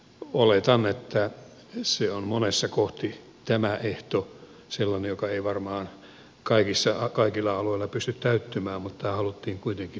oletan että tämä ehto on monessa kohti sellainen joka ei varmaan kaikilla aloilla pysty täyttymään mutta tämä haluttiin kuitenkin tietoisesti tähän kirjata